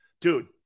Dude